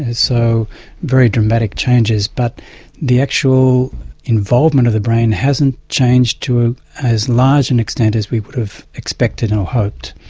so very dramatic changes, but the actual involvement of the brain hasn't changed to ah as large an extent as we would have expected and or hoped.